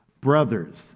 brothers